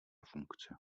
funkce